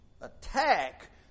attack